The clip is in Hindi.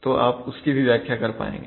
तो आप उसकी भी व्याख्या कर पाएंगे